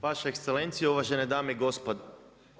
Vaša ekscelencijo, uvažene dame i gospodo.